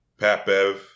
Papev